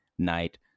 night